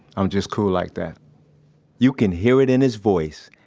i'm just cool like that you can hear it in his voice.